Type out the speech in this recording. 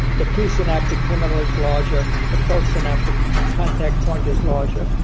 the pre-synaptic terminal is larger, the post-synaptic contact point is larger,